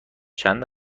چند